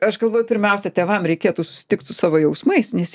aš galvoju pirmiausia tėvam reikėtų susitikt su savo jausmais nes